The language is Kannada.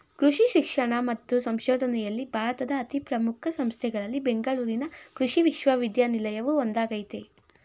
ಕೃಷಿ ಶಿಕ್ಷಣ ಮತ್ತು ಸಂಶೋಧನೆಯಲ್ಲಿ ಭಾರತದ ಅತೀ ಪ್ರಮುಖ ಸಂಸ್ಥೆಗಳಲ್ಲಿ ಬೆಂಗಳೂರಿನ ಕೃಷಿ ವಿಶ್ವವಿದ್ಯಾನಿಲಯವು ಒಂದಾಗಯ್ತೆ